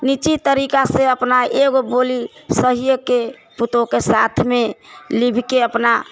निश्चित तरिकासँ अपना एकगो बोली सहियेके पुतौहके साथमे लिबके अपना